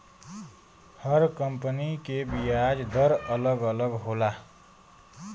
हर company के बियाज दर अलग अलग होला